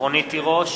רונית תירוש,